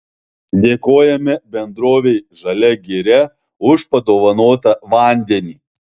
dėkojame bendrovei žalia giria už padovanotą vandenį